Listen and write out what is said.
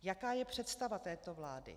Jaká je představa této vlády?